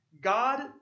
God